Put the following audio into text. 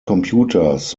computers